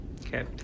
Okay